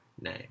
name